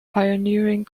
pioneering